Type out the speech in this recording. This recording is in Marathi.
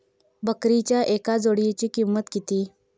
बकरीच्या एका जोडयेची किंमत किती?